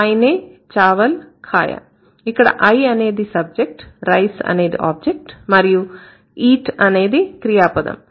మైనే చావల్ ఖాయా ఇక్కడ I అనేది సబ్జెక్ట్ rice అనేది ఆబ్జెక్ట్ మరియు eat అనేది క్రియ పదం